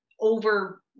over